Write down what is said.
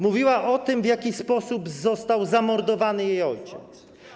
Mówiła o tym, w jaki sposób został zamordowany jej ojciec.